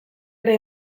ere